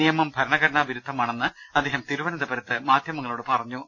നിയമം ഭരണഘടനാ വിരുദ്ധമാ ണെന്ന് അദ്ദേഹം തിരുവനന്തപുരത്ത് മാധ്യമങ്ങളോട് പറഞ്ഞു